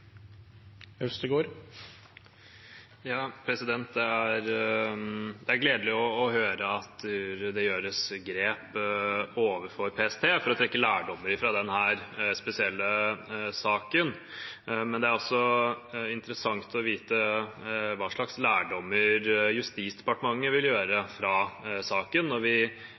gledelig å høre at det tas grep overfor PST for å trekke lærdommer av denne spesielle saken. Det er også interessant å vite hva slags lærdommer Justisdepartementet vil trekke av saken når vi